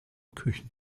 küchen